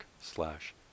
slash